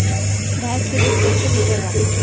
भैंस के दूध कईसे लीटर बा?